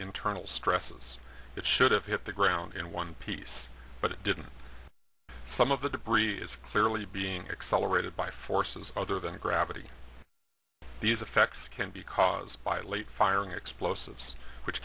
internal stresses it should have hit the ground in one piece but it didn't some of the debris is clearly being accelerated by forces other than gravity these effects can be caused by late firing explosives which